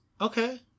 Okay